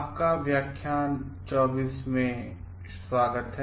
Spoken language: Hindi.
आपका व्याख्यान २४ में स्वागत है